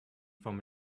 from